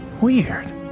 Weird